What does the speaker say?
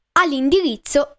all'indirizzo